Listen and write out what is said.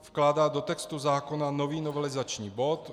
Vkládá do textu zákona nový novelizační bod.